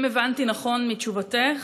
אם הבנתי נכון מתשובתך,